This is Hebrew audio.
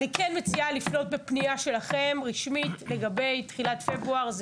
לפנות בפנייה שלכם רשמית לגבי תחילת פברואר,